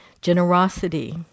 generosity